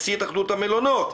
נשיא התאחדות המלונות.